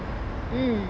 mmhmm